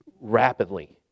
rapidly